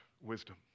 wisdom